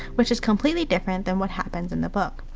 which is completely different than what happens in the book.